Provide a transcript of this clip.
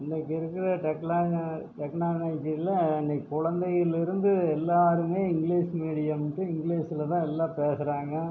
இன்னைக்கு இருக்கிற டெக்னலாஜி இன்னைக்கு குழந்தையிலருந்து எல்லாருமே இங்கிலீஷ் மீடியம்ன்ட்டு இங்கிலீஷில் தான் எல்லா பேசுறாங்க